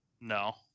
No